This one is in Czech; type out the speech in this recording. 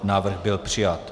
Návrh byl přijat.